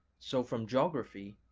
so from geography,